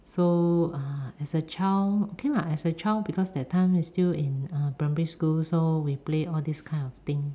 so uh as a child okay lah as a child because that time still in primary school so we play all these kind of thing